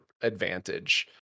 advantage